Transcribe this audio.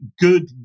good